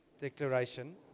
declaration